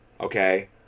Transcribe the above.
okay